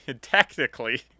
technically